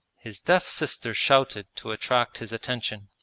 his deaf sister shouted to attract his attention.